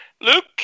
Luke